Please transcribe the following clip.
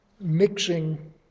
mixing